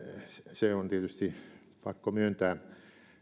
se on tietysti pakko myöntää